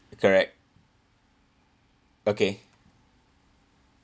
correct okay